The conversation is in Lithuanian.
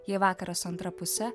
jei vakaras su antrą pusę